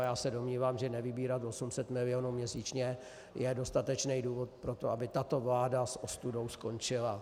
Já se domnívám, že nevybírat 800 milionů měsíčně je dostatečný důvod pro to, aby tato vláda s ostudou skončila.